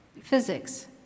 Physics